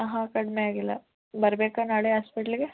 ಆಂ ಹಾಂ ಕಡಿಮೆಯಾಗಿಲ್ಲ ಬರಬೇಕಾ ನಾಳೆ ಆಸ್ಪೇಟ್ಲಿಗೆ